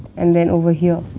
and then over here.